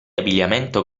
abbigliamento